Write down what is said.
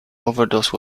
overdose